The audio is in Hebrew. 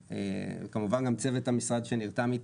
כמובן גם לצוות המשרד שנרתם איתה.